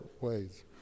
ways